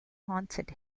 haunted